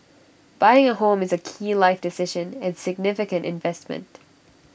buying A home is A key life decision and significant investment